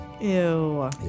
Ew